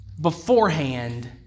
beforehand